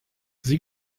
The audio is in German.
sie